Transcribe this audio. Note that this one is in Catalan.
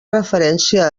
referència